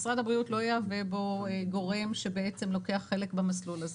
משרד הבריאות לא יהווה בו גורם שבעצם לוקח חלק במסלול הזה.